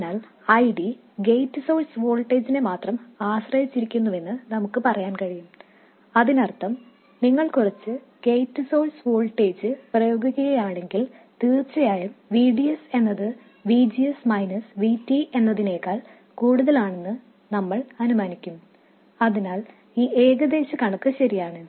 അതിനാൽ ID gate source വോൾട്ടേജിനെ മാത്രം ആശ്രയിച്ചിരിക്കുന്നുവെന്ന് നമുക്ക് പറയാൻ കഴിയും അതിനർത്ഥം നിങ്ങൾ കുറച്ച് ഗേറ്റ് സോഴ്സ് വോൾട്ടേജ് പ്രയോഗിക്കുകയാണെങ്കിൽ തീർച്ചയായും V D S എന്നത് V G S V T എന്നതിനെക്കാൾ കൂടുതലാണെന്ന് നമ്മൾ അനുമാനിക്കും അതിനാൽ ഈ ഏകദേശ കണക്ക് ശരിയാണ്